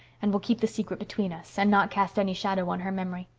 and we'll keep the secret between us, and not cast any shadow on her memory.